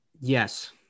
Yes